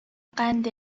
قند